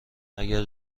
اگه